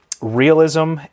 realism